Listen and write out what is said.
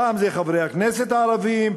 פעם זה חברי הכנסת הערבים,